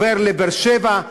עובר לבאר-שבע,